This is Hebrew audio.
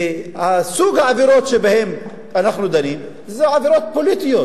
וסוג העבירות שבהן אנחנו דנים זה עבירות פוליטיות.